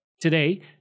Today